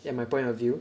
and my point of view